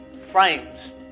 frames